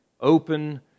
open